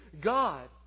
God